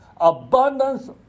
abundance